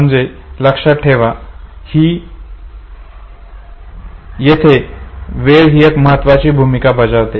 म्हणजे लक्षात ठेवा येथे वेळ एक महत्वाची भूमिका बजावते